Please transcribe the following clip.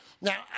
Now